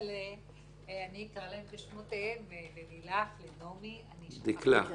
אבל אני אקרא להן בשמותיהן ללילך, לנעמי, לדקלה,